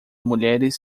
mulheres